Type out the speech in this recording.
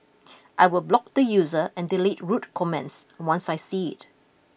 I will block the user and delete rude comments once I see it